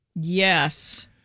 Yes